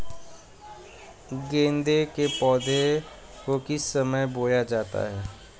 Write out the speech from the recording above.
गेंदे के पौधे को किस समय बोया जाता है?